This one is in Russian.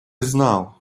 знал